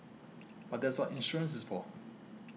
but that's what insurance is for